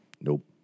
Nope